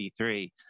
2023